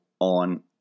on